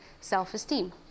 self-esteem